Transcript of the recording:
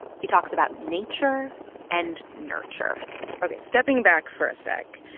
he talks about nature and nurture ok, stepping back for a sec.